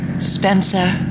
Spencer